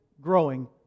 growing